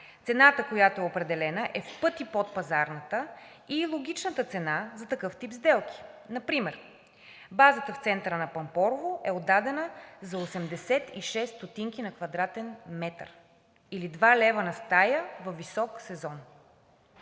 Цената, която е определена, е в пъти под пазарната и е логичната цена за такъв тип сделки. Например базата в центъра на Пампорово е отдадена за 86 стотинки на квадратен метър или 2 лв. на стая във висок сезон.